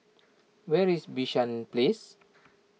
where is Bishan Place